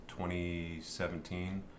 2017